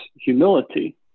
humility